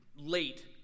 Late